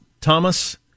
Thomas